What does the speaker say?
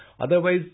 Otherwise